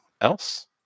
else